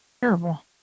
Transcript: terrible